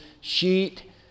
sheet